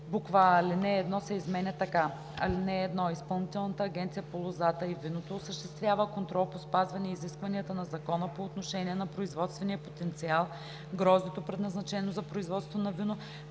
а) алинея 1 се изменя така: „(1) Изпълнителната агенция по лозата и виното осъществява контрол по спазване изискванията на закона по отношение на производствения потенциал, гроздето, предназначено за производство на вино,